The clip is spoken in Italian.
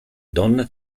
donna